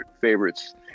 favorites